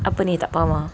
apa ni tak paham ah